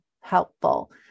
Helpful